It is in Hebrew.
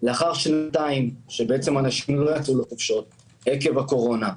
לאחר שנתיים שאנשים לא יצאו לחופשות עקב הקורונה,